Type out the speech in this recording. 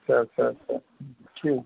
ଆଚ୍ଛା ଆଚ୍ଛା ଆଚ୍ଛା ଠିକ୍